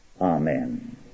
amen